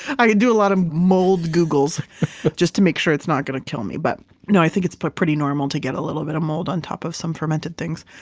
i do a lot of mold googles. but just to make sure it's not going to kill me. but no, i think it's pretty normal to get a little bit of mold on top of some fermented things.